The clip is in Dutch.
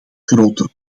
groter